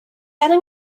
angen